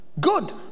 Good